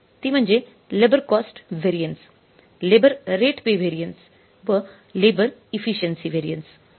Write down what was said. ती म्हणजे labour cost variance labour rate pay variance व लेबर इफिशिएंसि व्हॅरियन्स